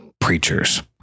preachers